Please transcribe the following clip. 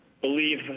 believe